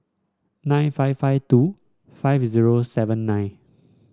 nine five five two five zero seven nine